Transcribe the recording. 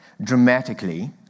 dramatically